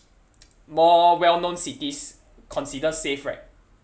more well known cities consider safe right